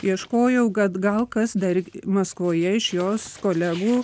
ieškojau kad gal kas dar maskvoje iš jos kolegų